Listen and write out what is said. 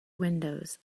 windows